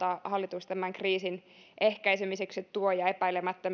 hallitus tämän kriisin ehkäisemiseksi tuo ja epäilemättä